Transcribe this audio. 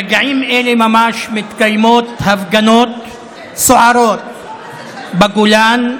ברגעים אלה ממש מתקיימות הפגנות סוערות בגולן,